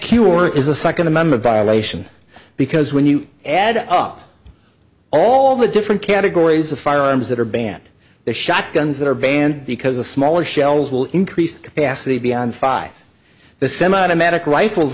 cure is a second amendment violation because when you add up all the different categories of firearms that are banned the shotguns that are banned because the smaller shells will increase the capacity beyond five the semiautomatic rifles